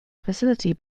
facility